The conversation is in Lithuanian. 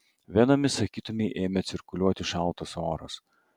venomis sakytumei ėmė cirkuliuoti šaltas oras